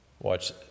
Watch